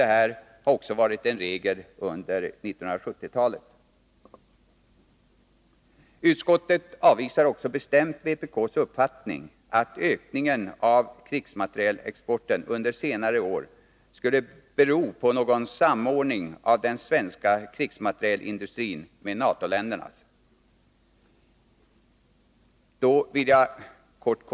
Detta har också varit regel under 1970-talet. Utskottet avvisar också bestämt vpk:s uppfattning att ökningen av krigsmaterielexporten under senare år skulle bero på någon samordning av den svenska krigsmaterielindustrin med NATO-länderna.